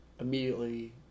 immediately